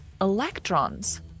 electrons